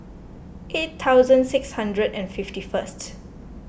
eight thousand six hundred and fifty first